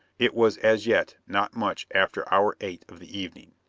it was as yet not much after hour eight of the evening.